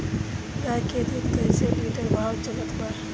गाय के दूध कइसे लिटर भाव चलत बा?